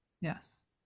Yes